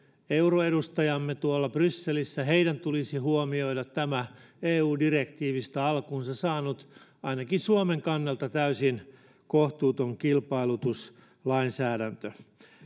euroedustajiemme brysselissä tulisi huomioida tämä eu direktiivistä alkunsa saanut ainakin suomen kannalta täysin kohtuuton kilpailutuslainsäädäntö